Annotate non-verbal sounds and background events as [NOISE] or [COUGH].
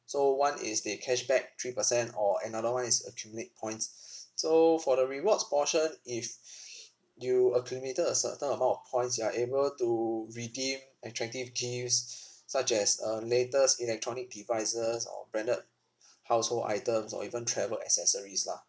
so one is the cashback three percent or another one is accumulate points so for the rewards portion if [BREATH] you accumulated a certain amount of points you are able to redeem attractive gifts such as uh latest electronic devices or branded household items or even travel accessories lah